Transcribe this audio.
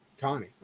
Connie